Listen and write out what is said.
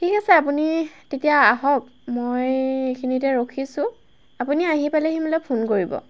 ঠিক আছে আপুনি তেতিয়া আহক মই এইখিনিতে ৰখিছোঁ আপুনি আহি পেলাহি মোলৈ ফোন কৰিব